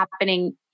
happening